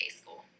school